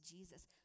Jesus